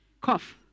cough